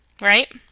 right